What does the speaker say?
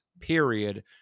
period